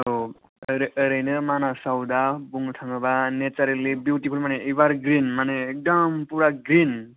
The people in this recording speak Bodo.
औ औरे औरेनो मानासाव दा बुंनो थाङोबा नेचारेलि बिउथिपुल माने एभारग्रिन एकदम फुरा ग्रिन